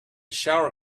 shower